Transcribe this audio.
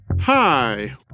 Hi